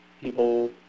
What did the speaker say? people